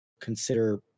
consider